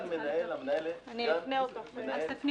אותך.